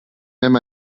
même